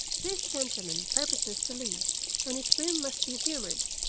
this gentleman purposes to leave and his whim must be humored.